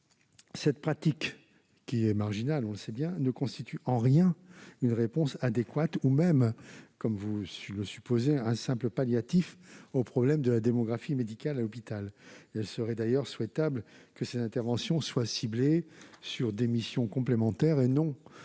telle pratique, qui est marginale, nous le savons, ne constitue en rien une réponse adéquate ou même, comme vous le supposez, un simple palliatif au problème de la démographie médicale à l'hôpital. Il serait d'ailleurs souhaitable que ces interventions soient ciblées sur des missions complémentaires et ne